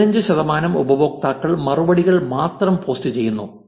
15 ശതമാനം ഉപയോക്താക്കൾ മറുപടികൾ മാത്രം പോസ്റ്റ് ചെയ്യുന്നു